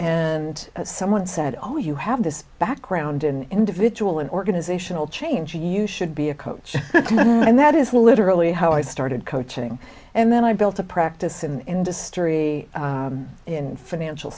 and someone said oh you have this background in individual and organizational change and you should be a coach and that is literally how i started coaching and then i built a practice in history in financial